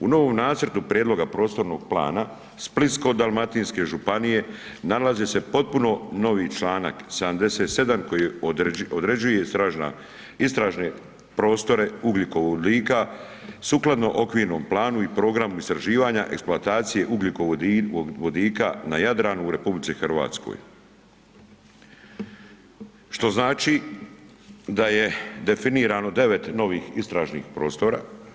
U novom Nacrtu prijedloga prostornog plana Splitsko-dalmatinske županije nalazi se potpuno novi članak 77. koji određuje istražne prostore ugljikovodika sukladno okvirnom planu i programu istraživanja eksploatacije ugljikovodika na Jadranu u Republici Hrvatskoj, što znači da je definirano 9 novih istražnih prostora.